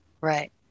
Right